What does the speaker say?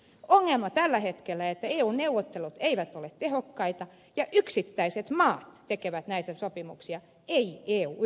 on ongelma tällä hetkellä että eun neuvottelut eivät ole tehokkaita ja yksittäiset maat tekevät näitä sopimuksia ei eu yhtenäisesti